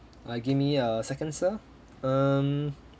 uh give me a second sir um